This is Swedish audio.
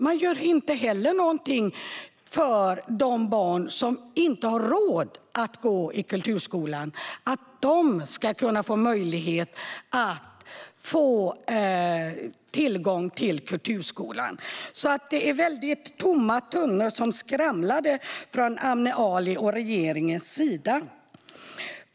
Man gör inte heller någonting för att de barn som inte har råd att gå i kulturskolan ska kunna få tillgång till kulturskolan. Det är alltså väldigt tomma tunnor som skramlar från Amne Alis och regeringens sida.